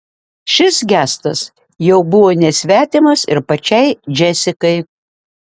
šis gestas jau buvo nesvetimas ir pačiai džesikai